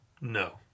No